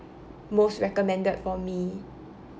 most recommended for me